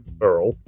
Earl